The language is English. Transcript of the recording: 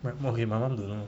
but okay my mum don't know